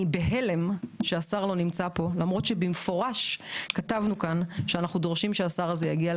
אז אני בהלם מכך שהשר לא נמצא פה למרות שבמפורש דרשנו שהשר יגיע,